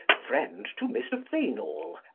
friend to mr. fainall,